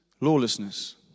lawlessness